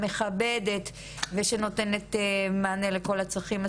המכבד ביותר ושנותנת מענה לכל הצרכים.